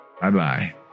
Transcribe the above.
Bye-bye